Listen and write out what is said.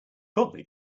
probably